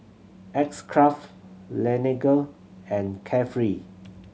X Craft Laneige and Carefree